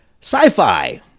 Sci-Fi